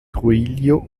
trujillo